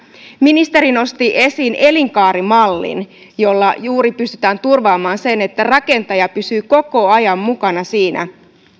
ministeri nosti esiin elinkaarimallin jolla juuri pystytään turvaamaan se että rakentaja pysyy koko ajan mukana